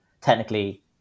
Technically